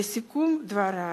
לסיכום דברי,